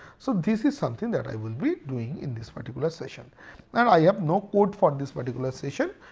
so this is something that i will be doing in this particular session and i have no code for this particular session,